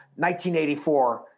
1984